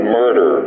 murder